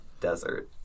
desert